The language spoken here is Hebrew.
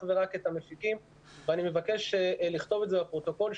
ורק את המפיקים ואני מבקש לכתוב את זה בפרוטוקול.